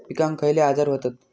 पिकांक खयले आजार व्हतत?